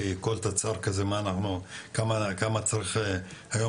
כי כל תצ"ר כזה אני לא יודע כמה צריך היום